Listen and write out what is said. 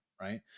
right